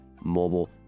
mobile